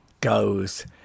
goes